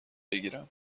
بگیرم